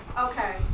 Okay